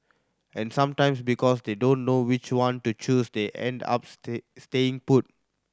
and sometimes because they don't know which one to choose they end up stay staying put